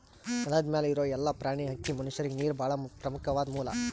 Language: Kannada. ನೆಲದ್ ಮ್ಯಾಲ್ ಇರೋ ಎಲ್ಲಾ ಪ್ರಾಣಿ, ಹಕ್ಕಿ, ಮನಷ್ಯರಿಗ್ ನೀರ್ ಭಾಳ್ ಪ್ರಮುಖ್ವಾದ್ ಮೂಲ